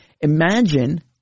Imagine